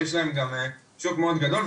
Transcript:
ויש להם גם שוק מאוד גדול,